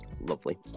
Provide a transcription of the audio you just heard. Lovely